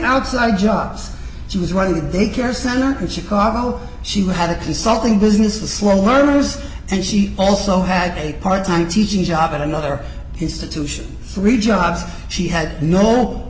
out side jobs she was running a daycare center in chicago she had a consulting business to slow learners and she also had a part time teaching job at another institution three jobs she had no